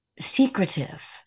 secretive